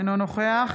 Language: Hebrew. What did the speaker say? אינו נוכח